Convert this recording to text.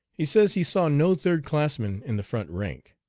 he says, he saw no third-classman in the front rank.